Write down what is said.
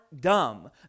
Dumb